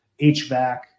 HVAC